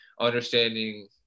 understanding